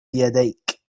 يديك